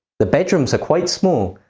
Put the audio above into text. the bedrooms are quite small,